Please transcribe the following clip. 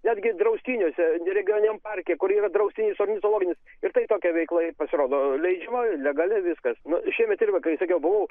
netgi draustiniuose regioniniam parke kur yra draustinis ornitologinis ir tai tokia veikla pasirodo leidžiama legali viskas nu šiemet irgi kai sakiau buvau